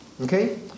Okay